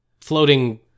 floating